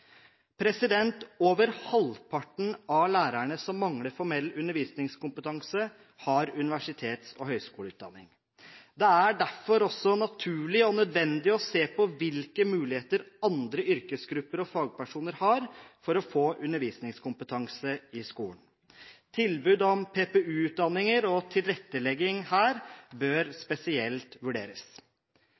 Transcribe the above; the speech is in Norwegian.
Over halvparten av lærerne som mangler formell undervisningskompetanse, har universitets- og høyskoleutdanning. Det er derfor naturlig og nødvendig å se på hvilke muligheter andre yrkesgrupper og fagpersoner har til å få undervisningskompetanse i skolen. Tilbud om PPU-utdanning og tilrettelegging her bør spesielt vurderes.